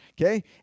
Okay